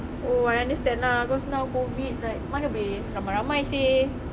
oh I understand lah cause now COVID like mana boleh ramai ramai seh